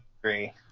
agree